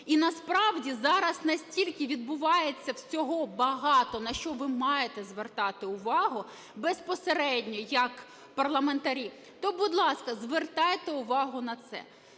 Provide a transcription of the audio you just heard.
І насправді зараз настільки відбувається всього багато, на що ви маєте звертати увагу безпосередньо як парламентарі, то, будь ласка, звертайте увагу на це.